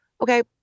Okay